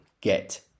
get